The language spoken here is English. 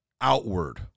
outward